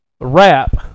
wrap